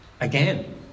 again